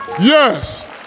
yes